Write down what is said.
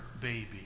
baby